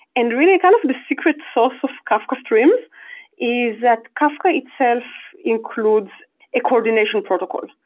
and really, kind of the secret sauce of kafka streams is that kafka itself includes a coordination protocol.